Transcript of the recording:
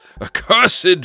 accursed